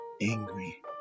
angry